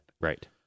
Right